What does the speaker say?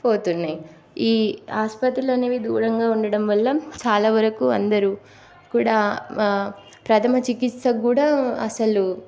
పోతున్నాయి ఈ ఆస్పత్రులు అనేవి దూరంగా ఉండటం వల్ల చాలా వరకు అందరు కూడా ప్రధమ చికిత్స కూడా అసలు